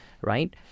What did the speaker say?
right